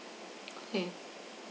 okay